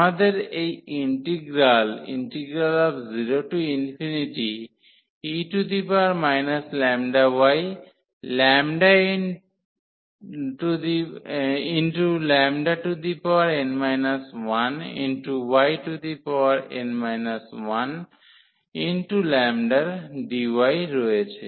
আমাদের এই integral 0e λyn 1yn 1λdy রয়েছে